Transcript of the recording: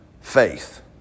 faith